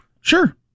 Sure